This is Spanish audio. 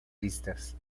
listas